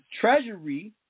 Treasury